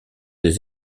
des